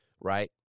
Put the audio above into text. Right